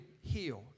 healed